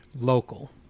local